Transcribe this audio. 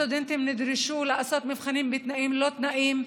הסטודנטים נדרשו לעשות מבחנים בתנאים לא תנאים,